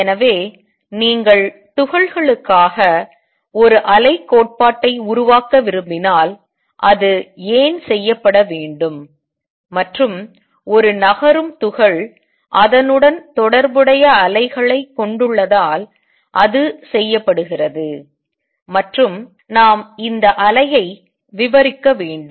எனவே நீங்கள் துகள்களுக்காக ஒரு அலை கோட்பாட்டை உருவாக்க விரும்பினால் அது ஏன் செய்யப்பட வேண்டும் மற்றும் ஒரு நகரும் துகள் அதனுடன் தொடர்புடைய அலைகளை கொண்டுள்ளதால் அது செய்யப்படுகிறது மற்றும் நாம் இந்த அலையை விவரிக்க வேண்டும்